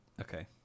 Okay